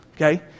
okay